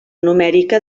numèrica